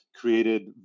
created